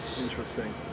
Interesting